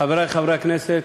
חברי חברי הכנסת,